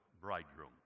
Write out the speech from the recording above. bridegroom